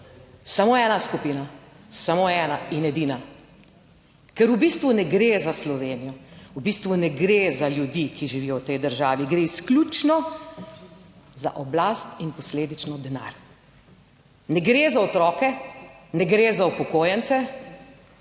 Samo ena skupina, samo ena in edina, ker v bistvu ne gre za Slovenijo, 39. TRAK: (VP) 16.10 (nadaljevanje) v bistvu ne gre za ljudi, ki živijo v tej državi, gre izključno za oblast in posledično denar. Ne gre za otroke, ne gre za upokojence,